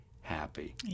happy